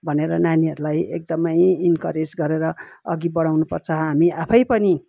भनेर नानीहरूलाई एकदमै इन्करेज गरेर अघि बढाउनु पर्छ हामी आफै पनि